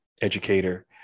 educator